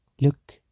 look